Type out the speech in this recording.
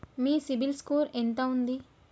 మీ CIBIL score ఎంత ఉంది?